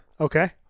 Okay